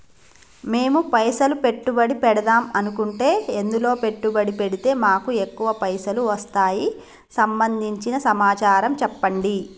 మేము పైసలు పెట్టుబడి పెడదాం అనుకుంటే ఎందులో పెట్టుబడి పెడితే మాకు ఎక్కువ పైసలు వస్తాయి సంబంధించిన సమాచారం చెప్పండి?